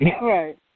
Right